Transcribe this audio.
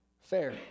fair